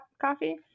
coffee